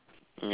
ya